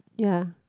ya